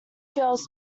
girls